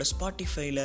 Spotify